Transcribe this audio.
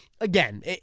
Again